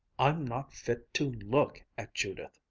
i'm not fit to look at judith!